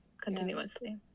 continuously